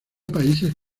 países